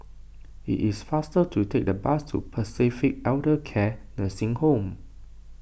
it is faster to take the bus to Pacific Elder Care Nursing Home